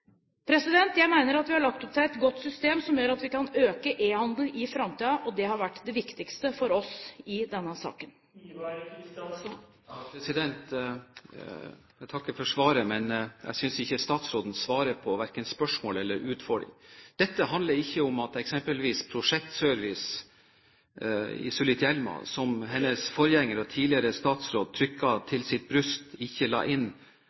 Jeg mener at vi har lagt opp til et godt system som gjør at vi kan øke e-handelen i framtiden, og det har vært det viktigste for oss i denne saken. Jeg takker for svaret, men jeg synes ikke statsråden svarer på verken spørsmålet eller utfordringen. Dette handler ikke om at eksempelvis Prosjektservice i Sulitjelma, som hennes forgjenger og tidligere statsråd trykket til sitt bryst, ikke la inn